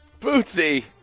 Bootsy